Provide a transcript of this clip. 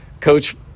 coach